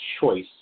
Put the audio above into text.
choice